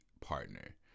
partner